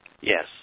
yes